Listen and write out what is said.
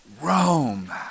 Rome